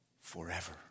forever